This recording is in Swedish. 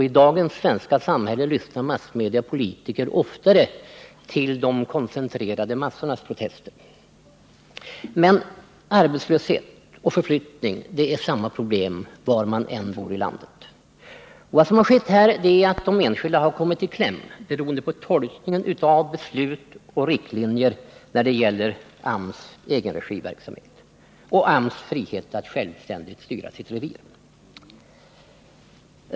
I dagens svenska samhälle lyssnar massmedia och politiker oftare till de koncentrerade massornas protester. Men arbetslöshet och förflyttning utgör samma problem var i landet man än bor. Vad som här skett är att de enskilda kommit i kläm beroende på tolkningar av beslut och riktlinjer när det gäller AMS egenregiverksamhet och AMS frihet att självständigt styra sitt revir.